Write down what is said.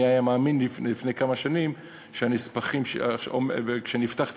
מי היה מאמין לפני כמה שנים שכשנפתח את